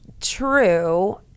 True